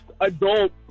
adult